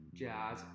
jazz